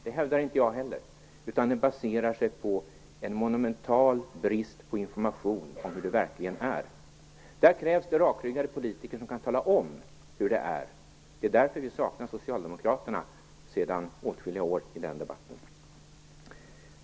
Det hävdar jag inte heller. Den baserar sig på en monumental brist på information om hur det verkligen är. Där krävs det rakryggade politiker som kan tala om hur det är. Det är därför vi sedan åtskilliga år saknar socialdemokraterna i den debatten.